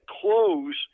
close